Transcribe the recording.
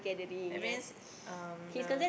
that means um the